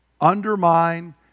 undermine